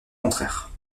contraire